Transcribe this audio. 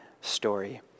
story